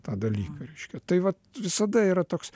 tą dalyką reiškia tai vat visada yra toks